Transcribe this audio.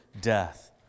death